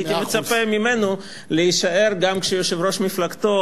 הייתי מצפה ממנו להישאר גם כשיושב-ראש מפלגתו,